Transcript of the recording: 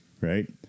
right